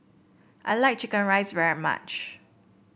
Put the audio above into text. I like chicken rice very much